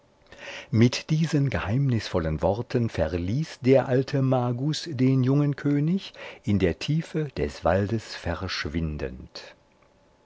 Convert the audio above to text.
mit diesen geheimnisvollen worten verließ der alte magus den jungen könig in der tiefe des waldes verschwindend